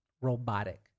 robotic